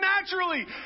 naturally